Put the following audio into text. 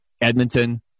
Edmonton